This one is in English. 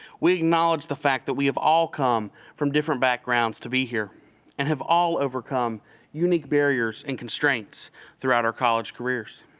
we acknowledge the fact that we have all come from different backgrounds to be here and have all overcome unique barriers and constraints throughout our college careers,